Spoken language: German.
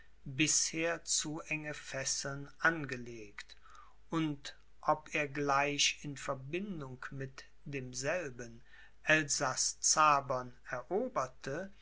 bisher zu enge fesseln angelegt und ob er gleich in verbindung mit demselben elsaß zabern eroberte